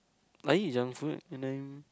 I eat junk food and then